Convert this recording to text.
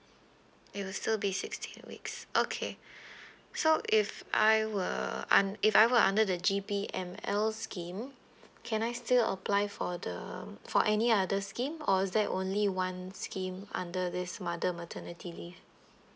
it will still be sixteen weeks okay so if I were un~ if I were under the G_P_M_L scheme can I still apply for the for any other scheme or is there only one scheme under this mother maternity leave